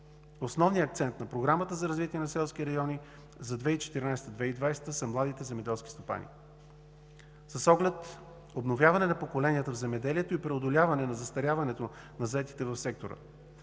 Основният акцент на Програмата за развитие на селските райони за 2014 – 2020 г. са младите земеделски стопани. С оглед обновяване на поколенията в земеделието и преодоляване на застаряването на заетите в сектора